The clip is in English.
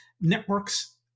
networks